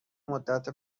مدت